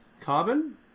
Carbon